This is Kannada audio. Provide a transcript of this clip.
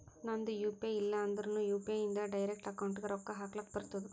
ನಂದ್ ಯು ಪಿ ಐ ಇಲ್ಲ ಅಂದುರ್ನು ಯು.ಪಿ.ಐ ಇಂದ್ ಡೈರೆಕ್ಟ್ ಅಕೌಂಟ್ಗ್ ರೊಕ್ಕಾ ಹಕ್ಲಕ್ ಬರ್ತುದ್